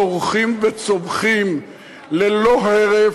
צורחים וצווחים ללא הרף,